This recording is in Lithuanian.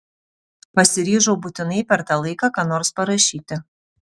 pasiryžau būtinai per tą laiką ką nors parašyti